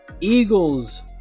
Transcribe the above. Eagles